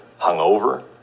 hungover